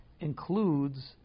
includes